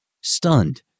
stunned